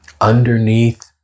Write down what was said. Underneath